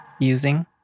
Using